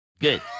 Good